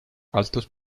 altos